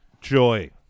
joy